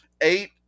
eight